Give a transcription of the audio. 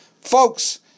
Folks